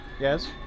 Yes